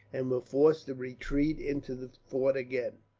and were forced to retreat into the fort again,